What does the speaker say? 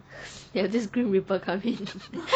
they will have this grim reaper come in